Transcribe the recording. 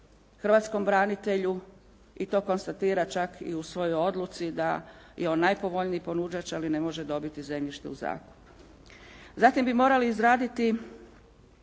hrvatskom branitelju i to konstatira čak i u svojoj odluci da je on najpovoljniji ponuđač ali ne može dobiti zemljište u zakup. Zatim bi morali izraditi